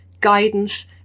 guidance